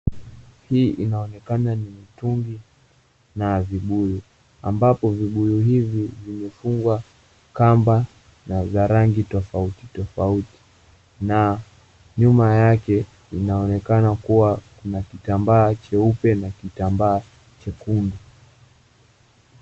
Hii inaonekana ni mitungi na vibuyu ambapo vibuyu hivi vimefungwa kamba za rangi tofauti tofauti, na nyuma yake inaonekana kuwa kuna kitambaa cheupe na kitambaa chekundu.